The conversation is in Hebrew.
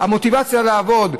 המוטיבציה לעבוד,